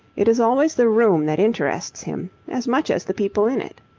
it is always the room that interests him, as much as the people in it.